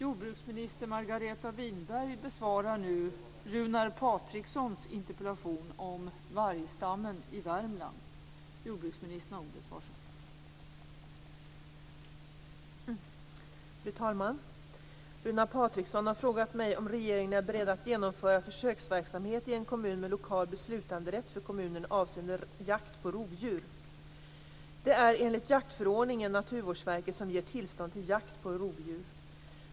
Fru talman! Runar Patriksson har frågat mig om regeringen är beredd att genomföra försöksverksamhet i en kommun med lokal beslutanderätt för kommunen avseende jakt på rovdjur. Det är enligt jaktförordningen Naturvårdsverket som ger tillstånd till jakt på rovdjur.